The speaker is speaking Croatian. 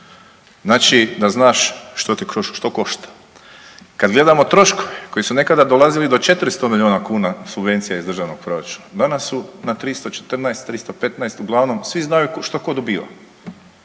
znači da znaš što košta. Kad gledamo troškove koji su nekada dolazili do 400 milijuna kuna subvencija iz državnog proračuna, danas su na 314, 315 uglavnom svi znaju što ko dobiva